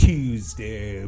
Tuesday